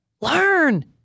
learn